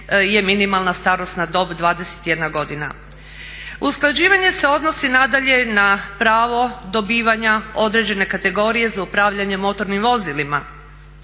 Usklađivanje se odnosi nadalje na pravo dobivanja određene kategorije za upravljanje motornim vozilima.